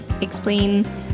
explain